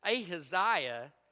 Ahaziah